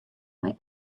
mei